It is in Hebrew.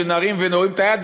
שנרים ונוריד את היד,